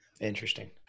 Interesting